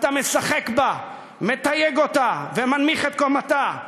אתה משחק בה, מתייג אותה ומנמיך את קומתה.